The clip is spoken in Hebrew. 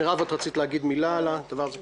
מירב, את רציתי להגיד מילה על הדבר הזה?